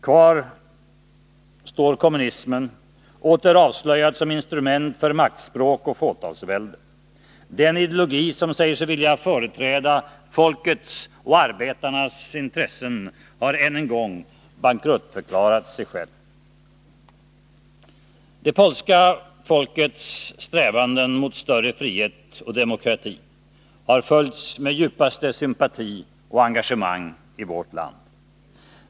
Kvar står kommunismen åter avslöjad som instrument för maktspråk och fåtalsvälde. Den ideologi som säger sig vilja företräda folkets och arbetarnas intressen har än en gång bankruttförklarat sig själv. Det polska folkets strävanden mot större frihet och demokrati har följts med djupaste sympati och engagemang i vårt land.